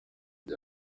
bya